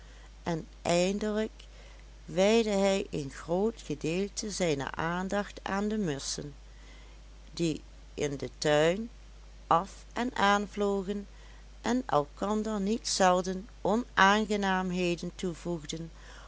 en eindelijk wijdde hij een groot gedeelte zijner aandacht aan de musschen die in den tuin af en aan vlogen en elkander niet zelden onaangenaamheden toevoegden